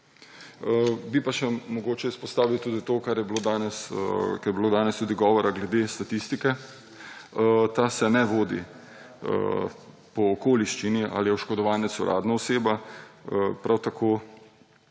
Bi pa izpostavil še to, kar je bilo danes govora glede statistike. Ta se ne vodi po okoliščini, ali je oškodovanec uradna oseba. Prav tako